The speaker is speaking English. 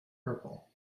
purple